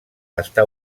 està